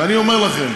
ואני אומר לכם